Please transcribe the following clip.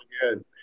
good